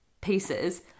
pieces